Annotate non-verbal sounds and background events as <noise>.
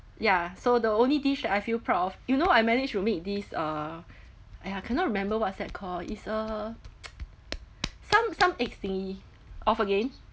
ya so the only dish that I feel proud of you know I managed to make this uh !aiya! cannot remember what's that called it's a <noise> some some thingy off again